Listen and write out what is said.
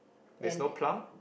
there's no plum